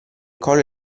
collo